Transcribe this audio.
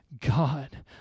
God